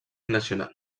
nacional